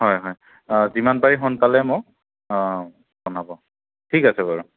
হয় হয় যিমান পাৰি সোনকালে মোক জনাব ঠিক আছে বাৰু